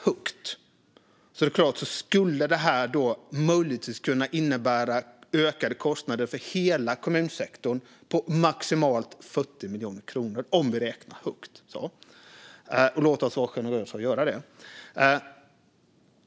Högt räknat skulle det här möjligtvis innebära ökade kostnader för hela kommunsektorn på maximalt 40 miljoner kronor. Det är om vi räknar högt, men låt oss vara generösa och göra det.